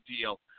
deal